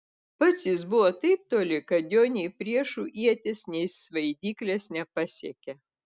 pats jis buvo taip toli kad jo nei priešų ietys nei svaidyklės nepasiekė